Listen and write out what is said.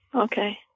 Okay